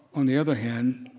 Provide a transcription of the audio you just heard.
on the other hand,